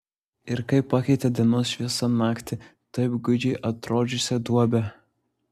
ir kaip pakeitė dienos šviesa naktį taip gūdžiai atrodžiusią duobę